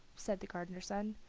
said the gardener's son.